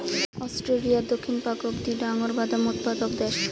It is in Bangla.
অস্ট্রেলিয়ার দক্ষিণ পাক অধিক ডাঙর বাদাম উৎপাদক দ্যাশ